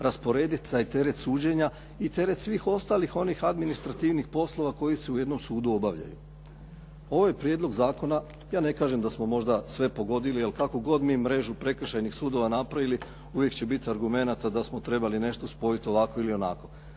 rasporediti taj teret suđenja i teret svih ostalih onih administrativnih poslova koji su u jednom sudu obavljeni. Ovaj prijedlog zakona, ja ne kažem da smo možda sve pogodili jer kakvu god mi mrežu prekršajnih sudova napravili, uvijek će biti argumenata da smo trebali nešto spojiti ovako ili onako.